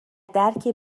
درک